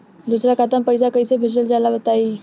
दोसरा खाता में पईसा कइसे भेजल जाला बताई?